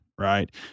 right